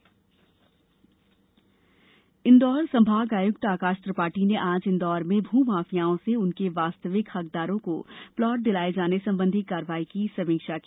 भूमाफिया इदौर संभागायुक्त आकाश त्रिपाठी ने आज इंदौर में भू माफियाओं से उनके वास्तविक हकदारों को प्लाट दिलाये जाने संबंधी कार्यवाही की समीक्षा की